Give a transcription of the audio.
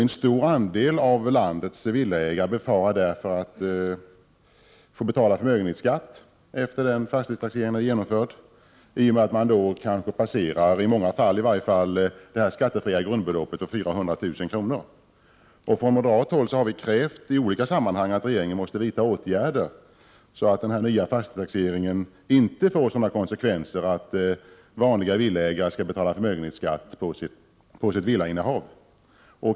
En stor andel av landets villaägare befarar därför att få betala förmögenhetsskatt sedan den fastighetstaxeringen är genomförd, i och med att deras förmögenhet då kommer att överstiga det skattefria grundbeloppet 400 000 kr. Från moderat håll har vi krävt i olika sammanhang att regeringen måste vidta åtgärder så att den nya fastighetstaxeringen inte får sådana konsekvenser att vanliga villaägare skall betala förmögenhetsskatt på sitt villainnehav.